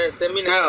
seminar